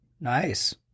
Nice